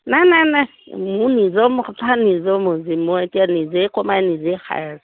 নাই নাই নাই মোৰ নিজৰ কথা নিজৰ মৰ্জি মই এতিয়া নিজেই কমাই নিজেই খাই আছোঁ